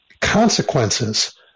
consequences